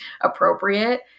appropriate